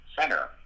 center